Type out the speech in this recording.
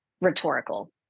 rhetorical